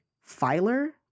Filer